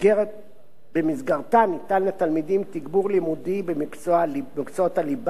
ובמסגרתה ניתן לתלמידים תגבור לימודי במקצועות הליבה,